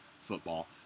football